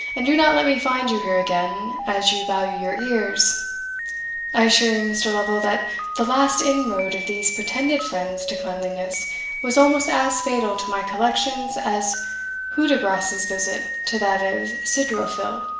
and do not let me find you here again, as you value your ears i assure you, mr. lovel, that the last inroad of these pretended friends to cleanliness was almost as fatal to my collection as hudibras's visit to that of sidrophel